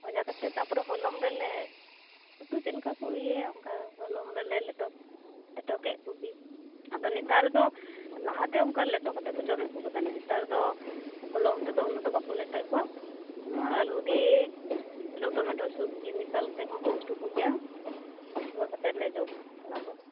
ᱵᱷᱟᱡᱟ ᱠᱟᱛᱮᱫ ᱛᱟᱯᱚᱨᱮ ᱦᱚᱞᱚᱝ ᱨᱮᱞᱮ ᱩᱛᱩ ᱪᱮᱫ ᱞᱮᱠᱚ ᱤᱭᱟ ᱭᱟ ᱚᱸᱠᱟ ᱦᱚᱞᱚᱝ ᱨᱮᱞᱮ ᱞᱮᱴᱚ ᱠᱮᱫ ᱠᱚᱜᱮ ᱟᱫᱚ ᱱᱮᱛᱟᱨ ᱫᱚ ᱞᱟᱦᱟᱛᱮ ᱚᱱᱠᱟ ᱞᱮᱴᱚ ᱠᱟᱛᱮᱫ ᱠᱚ ᱡᱚᱢᱮᱫ ᱠᱚ ᱛᱟᱦᱮᱱ ᱱᱮᱛᱟᱨ ᱫᱚ ᱦᱚᱞᱚᱝ ᱛᱮᱫᱚ ᱩᱱᱟ ᱜ ᱫᱚ ᱵᱟᱠᱚ ᱞᱮᱴᱚᱭᱮᱫ ᱠᱚᱣᱟ ᱟ ᱞᱩ ᱫᱤᱭᱮ ᱟ ᱞᱩ ᱴᱚᱢᱮᱴᱳ ᱥᱚᱵᱽᱡᱤ ᱢᱮᱥᱟᱞ ᱛᱮᱦᱚᱸᱠᱚ ᱩᱛᱩ ᱠᱚᱜᱮᱭᱟ ᱚᱱᱠᱟ ᱠᱟᱛᱮᱫ ᱞᱮ ᱡᱚᱢ ᱵᱟᱲᱟ ᱠᱚᱣᱟ